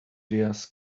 diaz